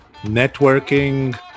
networking